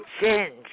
change